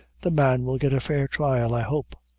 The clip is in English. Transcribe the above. the man will get a fair trial, i hope.